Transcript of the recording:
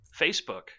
Facebook